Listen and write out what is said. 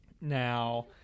Now